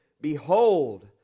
Behold